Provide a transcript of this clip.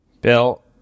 Bill